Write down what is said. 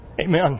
Amen